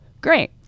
great